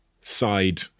side